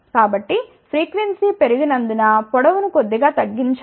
కాబట్టి ఫ్రీక్వెన్సీ పెరిగినందున పొడవు ను కొద్దిగా తగ్గించాలి